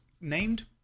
named